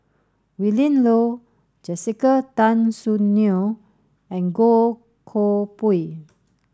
Willin Low Jessica Tan Soon Neo and Goh Koh Pui